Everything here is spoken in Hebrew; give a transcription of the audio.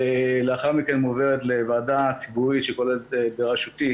לאחר מכן מועברת לוועדה ציבורית בראשותי,